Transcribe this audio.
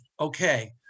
okay